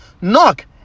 knock